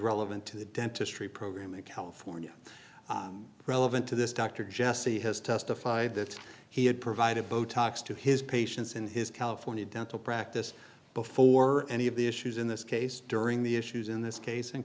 relevant to the dentistry program in california relevant to this doctor jesse has testified that he had provided botox to his patients in his california dental practice before any of the issues in this case during the issues in this case